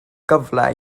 gyfle